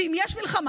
ואם יש מלחמה,